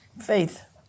faith